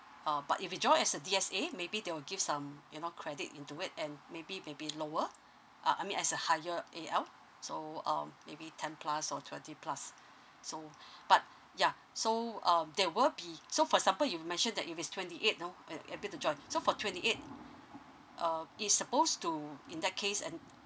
uh but if you join as a D_S_A maybe they will give some you know credit into it and maybe may be lower uh I mean as a higher A_L so um maybe ten plus or twenty plus so but ya so um there will be so for example you mentioned that if it's twenty eight you know uh able to join so for twenty eight um is supposed to in that case and